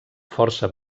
força